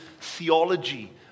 theology